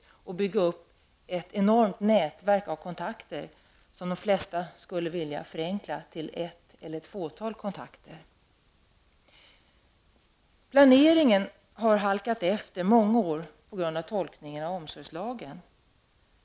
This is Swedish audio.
De måste bygga upp ett enormt nätverk av kontakter som de flesta skulle vilja förenkla till ett eller ett fåtal. Planeringen har under många år halkat efter på grund av tolkningen av omsorgslagen.